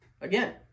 again